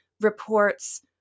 reports